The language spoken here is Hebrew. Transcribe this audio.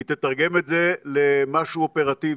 היא תתרגם את זה למשהו אופרטיבי.